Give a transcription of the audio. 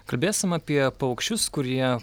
kalbėsime apie paukščius kurie